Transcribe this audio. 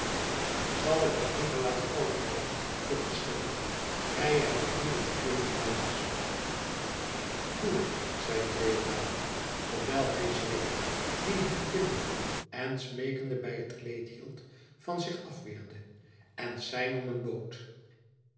zal ik het anker laten vallen ridder vroeg de schipper wij hebben hier een goede ligplaats doe het zeide deodaat terwijl hij zweder die hem biddende en smeekende bij het kleed hield van zich afweerde en sein om een boot